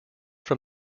from